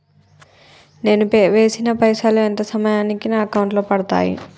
నేను వేసిన పైసలు ఎంత సమయానికి నా అకౌంట్ లో పడతాయి?